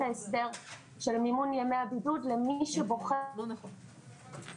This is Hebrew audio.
ההסדר של מימון ימי הבידוד למי שבוחר לא להתחסן,